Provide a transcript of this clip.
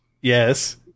yes